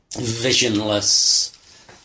visionless